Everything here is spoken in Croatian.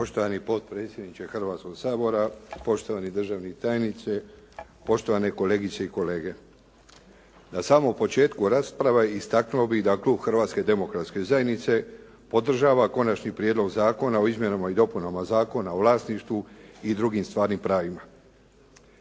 Poštovani potpredsjedniče Hrvatskoga sabora, poštovani državni tajniče, poštovane kolegice i kolege. Na samom početku rasprave istaknuo bih da klub Hrvatske demokratske zajednice podržava Konačni prijedlog Zakona o izmjenama i dopunama Zakona o vlasništvu i drugim stvarnim pravima.